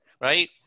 right